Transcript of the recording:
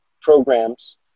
programs